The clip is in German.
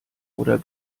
oder